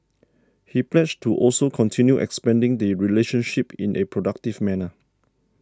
he pledged to also continue expanding the relationship in a productive manner